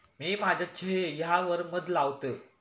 मी माझ्या चेह यावर मध लावते